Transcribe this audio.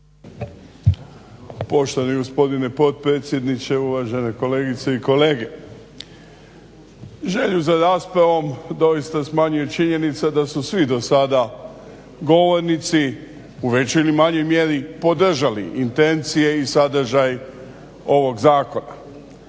Poštovani gospodine potpredsjedniče, uvažene kolegice i kolege. Želju za raspravom doista smanjuje činjenica da su svi do sada govornici u većoj ili manjoj mjeri podržali intencije i sadržaj ovog zakona.